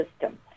system